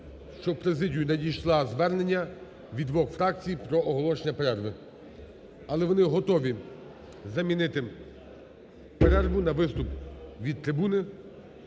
що в президію надійшло звернення від двох фракцій про оголошення перерви. Але вони готові замінити перерву на виступ від трибуни.